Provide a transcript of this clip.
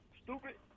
stupid